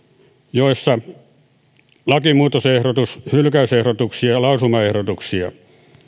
joissa lakimuutosehdotus hylkäysehdotuksia ja lausumaehdotuksia